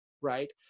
right